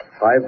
Five